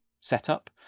setup